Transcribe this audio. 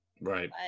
right